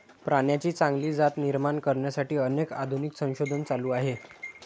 प्राण्यांची चांगली जात निर्माण करण्यासाठी अनेक आधुनिक संशोधन चालू आहे